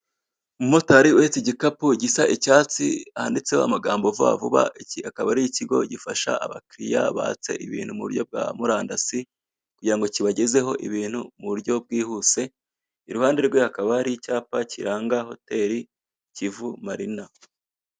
Umumotari uhetse igikapu gisa icyatsi handitseho amagambo vuba vuba. Iki akaba ari ikigo gifasha abakiriya batse ibintu mu buryo bwa murandasi, kugirango kibagezeho ibintu mu buryo bwihuse. Iruhande rwe hakaba hari icyapa kiranga hoteli Kivu marina.